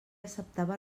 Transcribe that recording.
acceptava